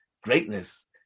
greatness